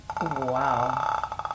Wow